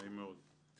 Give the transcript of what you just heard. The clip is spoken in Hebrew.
נעים מאוד.